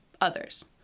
others